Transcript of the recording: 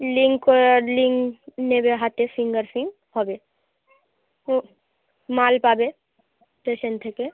link করা link নেবে হাতে ফিঙ্গার প্রিন্ট হবে ও মাল পাবে রেশন থেকে